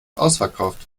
ausverkauft